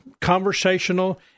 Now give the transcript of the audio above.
conversational